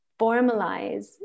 formalize